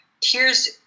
tears